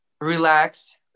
relax